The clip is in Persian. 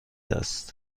است